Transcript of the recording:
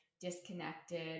disconnected